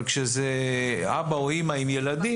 אבל כשזה אבא או אימא עם ילדים,